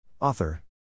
Author